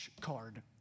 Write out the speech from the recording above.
card